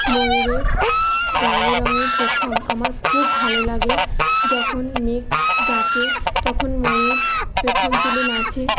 ময়ূরের রংবেরঙের পেখম আমার খুব ভালো লাগে যখন মেঘ ডাকে তখন ময়ূর পেখম তুলে নাচে